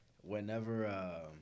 whenever